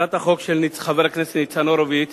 הצעת החוק של חבר הכנסת ניצן הורוביץ